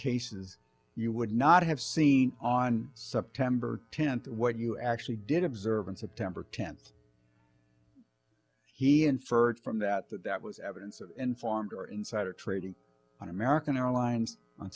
cases you would not have seen on september tenth what you actually did observe in september tenth he inferred from that that that was evidence of informed or insider trading on american airlines on